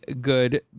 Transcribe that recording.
good